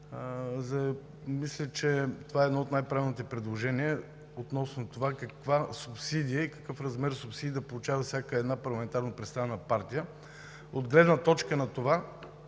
мисля, че това е едно от най-правилните предложения относно това каква субсидия и какъв размер субсидия да получава всяка една парламентарно представена партия от гледна точка на това